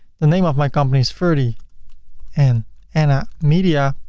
the name of my company is ferdy and anna media.